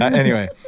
anyway,